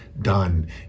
done